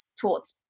taught